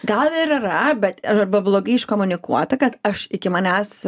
gal ir yra bet arba blogai iškomunikuota kad aš iki manęs